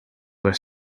were